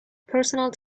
personal